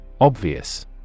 Obvious